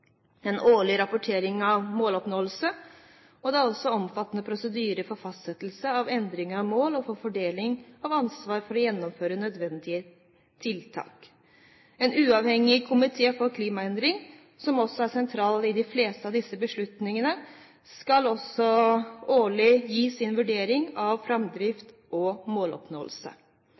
En uavhengig komité for klimaendringer, som også er sentral i de fleste av disse beslutningene, skal årlig gi sin vurdering av framdrift og måloppnåelse.